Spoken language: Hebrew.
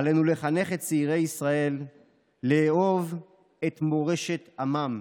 עלינו לחנך את צעירי ישראל לאהוב את מורשת עמם.